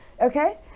Okay